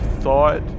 thought